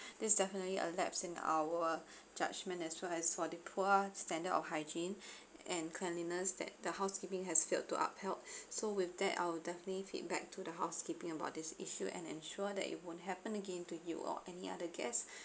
this is definitely a lapse in our judgment as well as for the poor standard of hygiene and cleanliness that the housekeeping has failed to upheld so with that I'll definitely feedback to the housekeeping about this issue and ensure that it won't happen again to you or any other guests